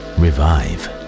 revive